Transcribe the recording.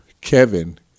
Kevin